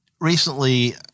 recently